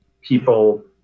people